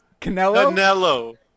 Canelo